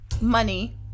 money